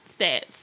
stats